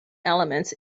elements